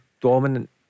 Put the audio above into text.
dominant